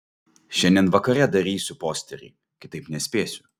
šiandien vakare darysiu posterį kitaip nespėsiu